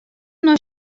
nei